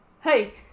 Hey